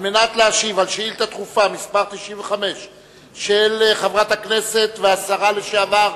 על מנת להשיב על שאילתא דחופה מס' 95 של חברת הכנסת והשרה לשעבר